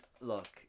look